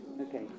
Okay